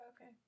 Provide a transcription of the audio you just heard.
Okay